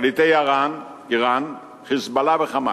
שליטי אירן, "חיזבאללה" ו"חמאס"